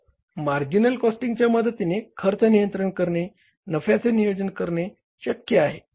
तर मार्जिनल कॉस्टिंगच्या मदतीने खर्च नियंत्रित करणे नफ्याचे नियोजन करणे शक्य आहे